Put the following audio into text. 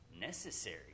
necessary